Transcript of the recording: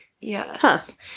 yes